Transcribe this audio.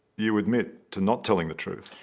you admit to not telling the truth.